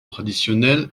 traditionnel